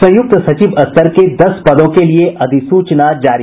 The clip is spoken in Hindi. संयुक्त सचिव स्तर के दस पदों के लिए अधिसूचना जारी